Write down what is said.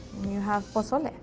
you have pozole.